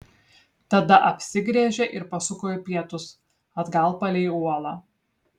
tada apsigręžė ir pasuko į pietus atgal palei uolą